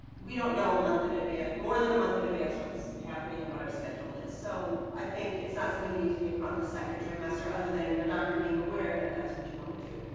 we don't know a month in advance more than a month in advance what's happening and what our schedule is so i think it's not something you need to think about in the second trimester other than your doctor being aware that that's what you want to do.